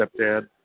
stepdad